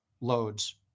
loads